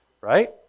Right